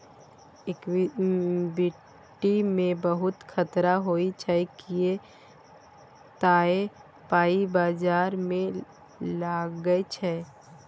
equity मे बहुत खतरा होइ छै किए तए पाइ बजार मे लागै छै